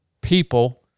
people